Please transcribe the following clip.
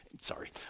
Sorry